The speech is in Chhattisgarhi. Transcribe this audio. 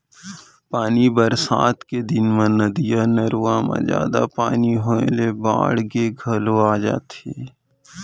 पानी बरसात के दिन म नदिया, नरूवा म जादा पानी होए ले बाड़गे घलौ आ जाथे